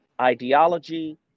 ideology